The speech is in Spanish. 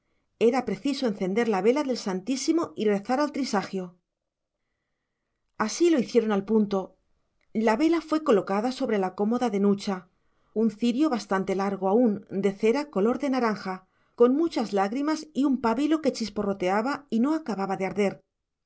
era preciso encender la vela del santísimo y rezar el trisagio así lo hicieron al punto la vela fue colocada sobre la cómoda de nucha un cirio bastante largo aún de cera color de naranja con muchas lágrimas y un pábilo que chisporroteaba y no acababa de arder